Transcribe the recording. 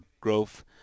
growth